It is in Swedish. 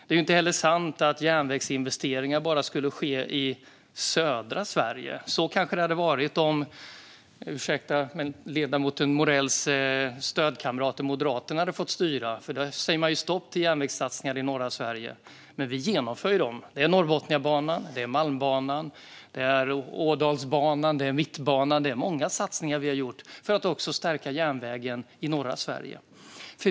Det är inte heller sant att järnvägsinvesteringar bara skulle ske i södra Sverige. Så skulle det kanske ha varit om ledamoten Morells stödkamrater Moderaterna hade fått styra. De säger ju stopp för järnvägssatsningar i norra Sverige, men vi genomför dem. Det är Norrbotniabanan, Malmbanan, Ådalsbanan och Mittbanan. Det är många satsningar vi har gjort för att också stärka järnvägen i norra Sverige.